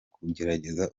kugerageza